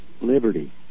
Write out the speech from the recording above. liberty